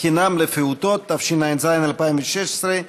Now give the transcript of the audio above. חינם לפעוטות), התשע"ז 2016,